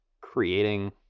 creating